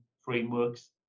frameworks